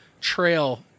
trail